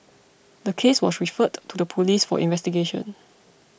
the case was referred to the police for investigation